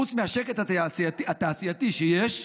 חוץ מהשקט התעשייתי שיש,